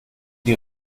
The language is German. die